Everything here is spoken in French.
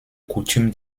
coutume